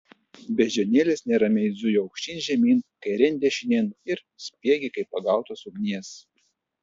beždžionėlės neramiai zujo aukštyn žemyn kairėn dešinėn ir spiegė kaip pagautos ugnies